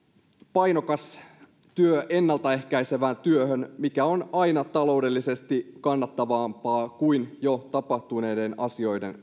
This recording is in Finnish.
painokkaalla työllä ennalta ehkäisevään työhön mikä on aina taloudellisesti kannattavampaa kuin jo tapahtuneiden asioiden